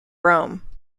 rome